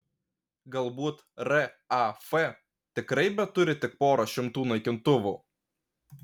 galbūt raf tikrai beturi tik porą šimtų naikintuvų